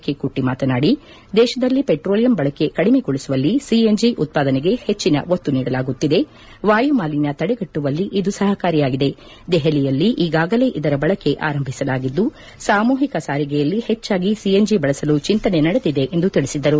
K Kutty ಮಾತನಾದಿ ದೇಶದಲ್ಲಿ petroleum ಬಳಕೆ ಕಡಿಮೆಗೊಳಿಸುವಲ್ಲಿ ಸಿಎನ್ಜಿ ಉತ್ಪಾದನೆಗೆ ಹೆಚ್ಚಿನ ಒತ್ತು ನೀಡಲಾಗುತ್ತಿದೆ ವಾಯುಮಾಲಿನ್ಯ ತಡೆಗಟ್ಟುವಲ್ಲಿ ಇದು ಸಹಕಾರಿಯಾಗಿದೆ ದೆಹಲಿಯಲ್ಲಿ ಈಗಾಗಲೇ ಇದರ ಬಳಕೆ ಆರಂಭಿಸಲಾಗಿದ್ದು ಸಾಮೂಹಿಕ ಸಾರಿಗೆಯಲ್ಲಿ ಹೆಚ್ಚಾಗಿ ಬಳಸಲು ಚಿಂತನೆ ನಡೆದಿದೆ ಎಂದು ತಿಳಿಸಿದರು